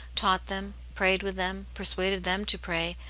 taught them, prayed with them, persuaded them to pray,